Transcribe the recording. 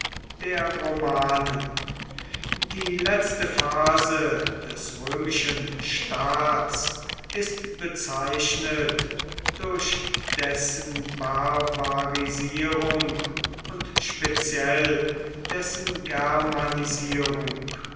der romanen die letzte phase des römischen staats ist bezeichnet durch dessen barbarisierung und speziell dessen